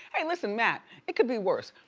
i mean listen matt, it could be worse.